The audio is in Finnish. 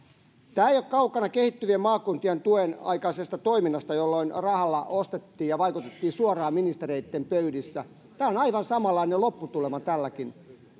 tämä ei ole kaukana kehittyvien maakuntien tuen aikaisesta toiminnasta jolloin rahalla ostettiin ja vaikutettiin suoraan ministereitten pöydissä on aivan samanlainen lopputulema tälläkin